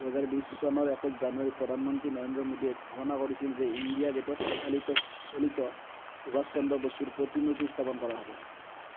দুহেজাৰ বিশ চনৰ একৈছ জানুৱাৰীত প্ৰধানমন্ত্ৰী নৰেন্দ্ৰ মোদীয়ে ঘোষণা কৰিছিল যে ইণ্ডিয়া গে'টত চালিত চলিত সুভাষ চন্দ্ৰ বসুৰ প্ৰতিমূৰ্তি স্থাপন কৰা হ'ব